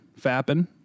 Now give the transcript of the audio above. fapping